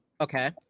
Okay